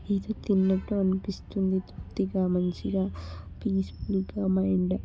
ఏదో తిన్నట్టు అనిపిస్తుంది తృప్తిగా మంచిగా పీస్ఫుల్గా మైండ్